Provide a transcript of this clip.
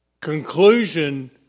conclusion